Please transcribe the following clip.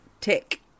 tick